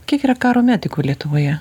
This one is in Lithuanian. kiek yra karo medikų lietuvoje